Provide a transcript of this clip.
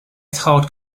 thought